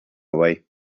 away